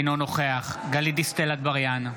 אינו נוכח גלית דיסטל אטבריאן,